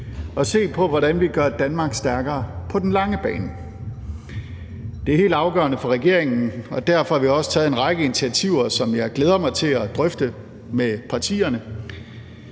og se på, hvordan vi gør Danmark stærkere på den lange bane. Det er helt afgørende for regeringen, og derfor har vi også taget en række initiativer, som jeg glæder mig til at drøfte med partierne.